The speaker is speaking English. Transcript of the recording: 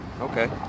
Okay